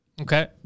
Okay